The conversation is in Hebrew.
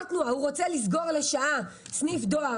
אם הוא רוצה לסגור סניף דואר לשעה,